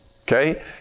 okay